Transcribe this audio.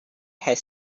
had